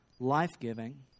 Life-giving